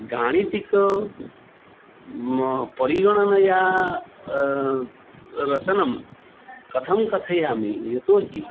गाणितिकं मम परिगणनीया रचनं कथं कथयामि यतो हि